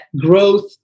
growth